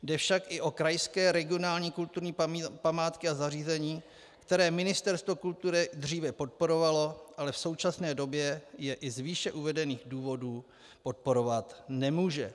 Jde i o krajské regionální kulturní památky a zařízení, které Ministerstvo kultury dříve podporovalo, ale v současné době je i z výše uvedených důvodů podporovat nemůže.